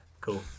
Cool